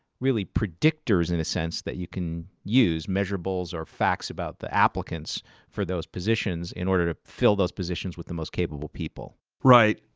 really, predictors, in a sense, that you can use, measurables or facts about the applicants for those positions, in order to fulfill those positions with the most capable people? zach right.